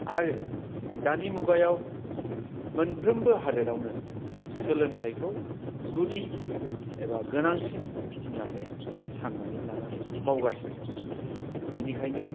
आरो दानि मुगायाव मोनफ्रोमबो हादोरावनो सोलोंथाइखौ गुदि एबा गोनांसिन होन्नानै सान्नानै लानानै मावगासिनो दं बेनिखायनो